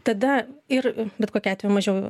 tada ir bet kokiu atveju mažiau